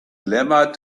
clamored